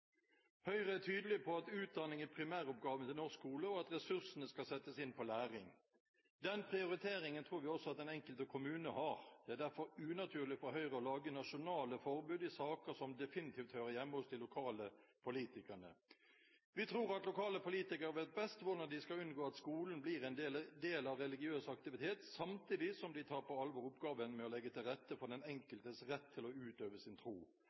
Høyre er tydelig på at utdanning er primæroppgaven til norsk skole, og at ressursene skal settes inn på læring. Den prioriteringen tror vi også at den enkelte kommune har. Det er derfor unaturlig for Høyre å lage nasjonale forbud i saker som definitivt hører hjemme hos de lokale politikerne. Vi tror at lokale politikere vet best hvordan de skal unngå at skolen blir en del av religiøs aktivitet, samtidig som de tar på alvor oppgaven med å legge til rette for den enkeltes rett til å utøve sin tro.